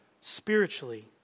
spiritually